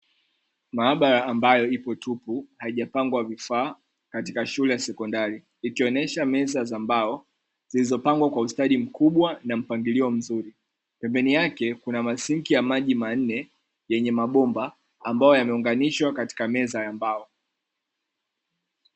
Maabara ambayo ipo tupu haijapangwa vifaa, katika shule ya sekondari, ikionesha meza za mbao, zilizopangwa kwa ustadi mkubwa na mpangilio mzuri, pembeni yake kuna masinki ya maji manne, yenye mabomba ambayo yameunganishwa katika meza ya mbao.